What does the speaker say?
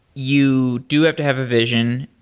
you do have to have a vision,